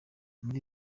muri